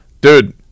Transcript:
Dude